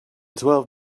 twelve